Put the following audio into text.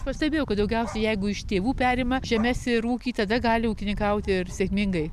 pastebėjau kad daugiausiai jeigu iš tėvų perima žemes ir ūkį tada gali ūkininkauti ir sėkmingai